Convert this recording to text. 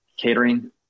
Catering